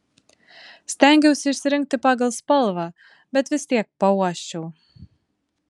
stengiausi išsirinkti pagal spalvą bet vis tiek pauosčiau